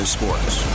Sports